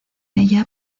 ella